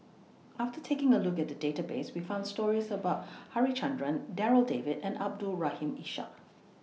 after taking A Look At The Database We found stories about Harichandra Darryl David and Abdul Rahim Ishak